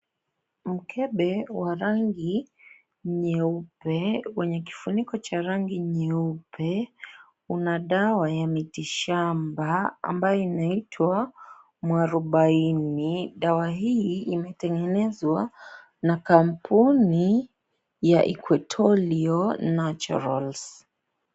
Mkebe wa rangi nyeupe wenye kifuniko cha rangi nyeusi una dawa ya miti shamba ambaye inaitwa mwarubaini. Dawa hii imetengenezwa na kampuni ya Equatorial Naturals.